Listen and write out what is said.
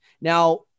now